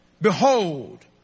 behold